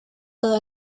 todo